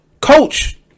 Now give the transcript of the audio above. coach